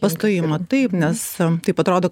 pastojimo taip nes taip atrodo